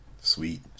Sweet